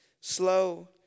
slow